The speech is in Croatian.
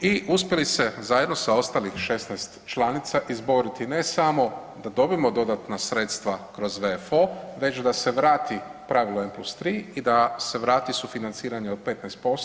i uspjeli se zajedno sa ostalih 16 članica izboriti ne samo da dobijemo dodatna sredstva kroz WFO, već da se vrati pravilo M+3 i da se vrati sufinanciranje od 15%